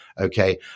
okay